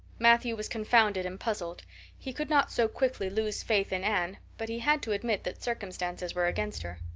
matthew was confounded and puzzled he could not so quickly lose faith in anne but he had to admit that circumstances were against her.